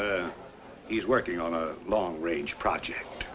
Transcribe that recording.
so he's working on a long range project